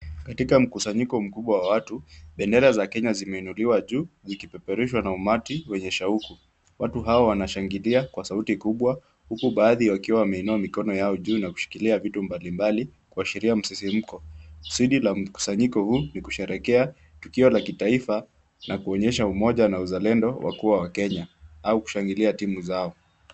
Katika mkusanyiko mkubwa wa watu, bendera za Kenya zimeinuliwa juu, zikipeperushwa na umati wenye shauku. Watu hao wanashangilia kwa sauti kubwa, huku baadhi wakiwa wameinua mikono yao juu na kushikilia vitu mbalimbali kuashiria msisimko. Kusudi la mkusanyiko huu ni kusherehekea, tukio la kitaifa na kuonyesha umoja na uzalendo wa kuwa wakenya au kushangilia timu zao.